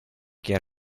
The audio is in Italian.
che